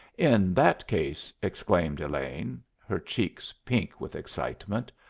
in that case, exclaimed elaine, her cheeks pink with excitement,